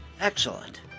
excellent